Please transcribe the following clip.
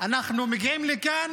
אנחנו מגיעים לכאן